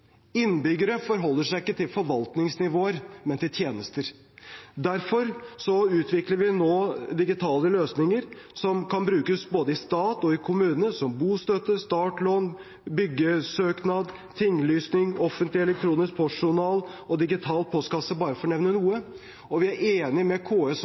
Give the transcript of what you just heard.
Innbyggere forholder seg ikke til forvaltningsnivåer, men til tjenester. Derfor utvikler vi nå digitale løsninger som kan brukes både i stat og i kommune når det gjelder bostøtte, startlån, byggesøknad, tinglysning, Offentlig elektronisk postjournal og digital postkasse, bare for å nevne noe. Vi er enige med KS og